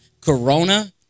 Corona